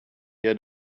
had